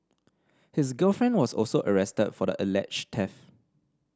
his girlfriend was also arrested for the alleged theft